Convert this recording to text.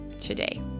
today